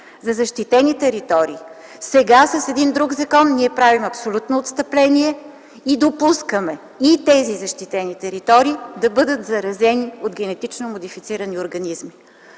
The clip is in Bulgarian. за защитени територии, сега с един друг закон ние правим абсолютно отстъпление и допускаме и тези защитени територии да бъдат заразени от генетично модифицирани организми.